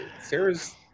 Sarah's